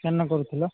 କ'ଣ କରୁଥିଲ